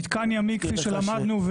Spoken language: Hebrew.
מתקן ימי כפי שלמדנו,